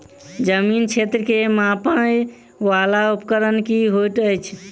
जमीन क्षेत्र केँ मापय वला उपकरण की होइत अछि?